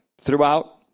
throughout